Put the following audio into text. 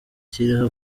kiriho